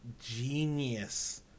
genius